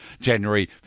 January